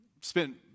spent